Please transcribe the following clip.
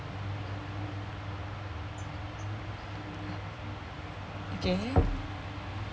okay